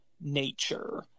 nature